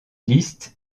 liste